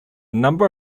number